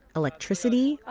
electricity,